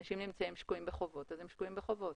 אנשים שקועים בחובות, אז הם שקועים בחובות.